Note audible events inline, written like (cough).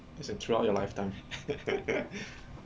as in throughout your lifetime (laughs)